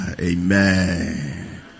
Amen